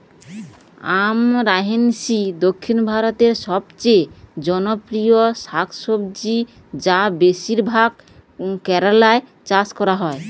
আমরান্থেইসি দক্ষিণ ভারতের সবচেয়ে জনপ্রিয় শাকসবজি যা বেশিরভাগ কেরালায় চাষ করা হয়